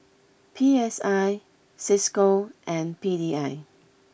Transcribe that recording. P S I Cisco and P D I